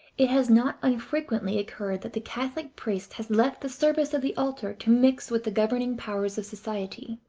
it has not unfrequently occurred that the catholic priest has left the service of the altar to mix with the governing powers of society,